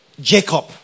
Jacob